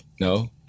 No